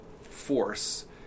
force